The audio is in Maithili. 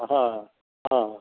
हँ हँ